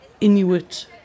Inuit